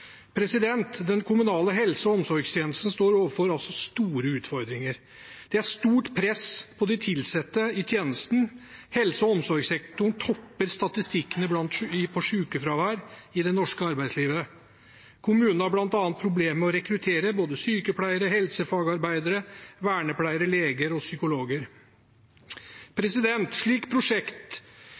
Den kommunale helse- og omsorgstjenesten står overfor store utfordringer. Det er stort press på de ansatte i tjenesten. Helse- og omsorgssektoren topper statistikken over sykefravær i det norske arbeidslivet. Kommunene har bl.a. problemer med å rekruttere sykepleiere, helsefagarbeidere, vernepleiere, leger og psykologer.